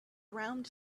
around